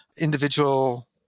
individual